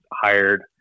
hired